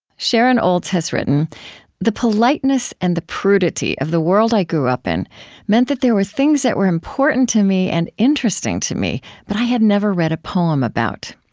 sharon olds has written the politeness and the prudity of the world i grew up in meant that there were things that were important to me and interesting to me, but i had never read a poem about.